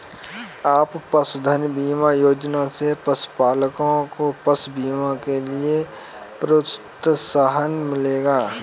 क्या पशुधन बीमा योजना से पशुपालकों को पशु बीमा के लिए प्रोत्साहन मिलेगा?